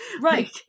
Right